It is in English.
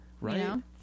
right